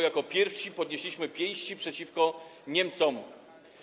Jako pierwsi podnieśliśmy pięści przeciwko Niemcom.